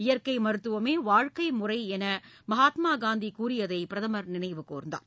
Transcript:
இயற்கை மருத்துவமே வாழ்க்கை முறை என்று மகாத்மா காந்தி கூறியதை பிரதமா் நினைவு கூர்ந்தார்